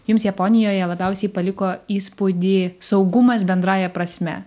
jums japonijoje labiausiai paliko įspūdį saugumas bendrąja prasme